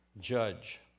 judge